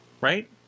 right